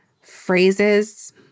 phrases